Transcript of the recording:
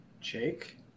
Jake